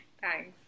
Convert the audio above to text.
thanks